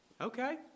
Okay